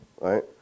Right